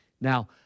Now